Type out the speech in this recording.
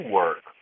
work